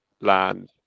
land